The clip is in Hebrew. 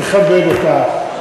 מכבד אותך.